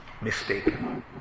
mistaken